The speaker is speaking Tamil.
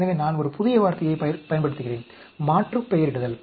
எனவே நான் ஒரு புதிய வார்த்தையைப் பயன்படுத்துகிறேன் மாற்றுப்பெயரிடுதல்